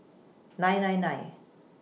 nine nine nine